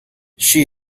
she